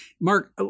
Mark